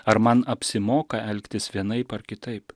ar man apsimoka elgtis vienaip ar kitaip